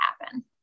happen